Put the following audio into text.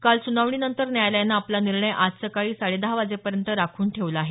काल सुनावणीनंतर न्यायालयानं आपला निर्णय आज सकाळी साडेदहा वाजेपर्यंत राखून ठेवला आहे